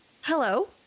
hello